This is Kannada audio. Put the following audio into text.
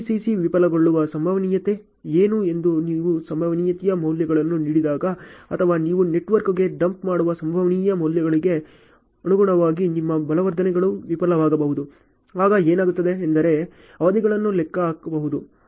PCC ವಿಫಲಗೊಳ್ಳುವ ಸಂಭವನೀಯತೆ ಏನು ಎಂದು ನೀವು ಸಂಭವನೀಯತೆಯ ಮೌಲ್ಯವನ್ನು ನೀಡಿದಾಗ ಅಥವಾ ನೀವು ನೆಟ್ವರ್ಕ್ಗೆ ಡಂಪ್ ಮಾಡುವ ಸಂಭವನೀಯ ಮೌಲ್ಯಗಳಿಗೆ ಅನುಗುಣವಾಗಿ ನಿಮ್ಮ ಬಲವರ್ಧನೆಗಳು ವಿಫಲವಾಗಬಹುದು ಆಗ ಏನಾಗುತ್ತದೆ ಎಂದರೆ ಅವಧಿಗಳನ್ನು ಲೆಕ್ಕಹಾಕಬಹುದು